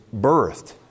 birthed